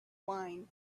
wine